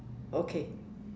okay